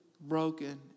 broken